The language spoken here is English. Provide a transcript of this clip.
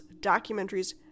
documentaries